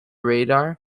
radar